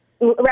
Right